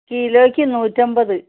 കിലോയ്ക്ക് നൂറ്റിയമ്പത്